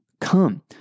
come